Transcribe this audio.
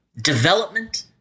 development